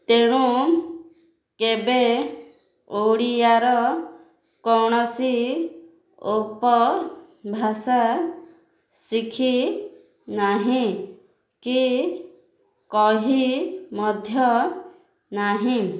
ତେଣୁ କେବେ ଓଡ଼ିଆର କୌଣସି ଉପଭାଷା ଶିଖି ନାହିଁ କି କହି ମଧ୍ୟ ନାହିଁ